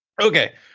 okay